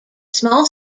small